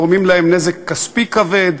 גורמים להם נזק כספי כבד,